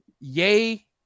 Yay